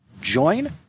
join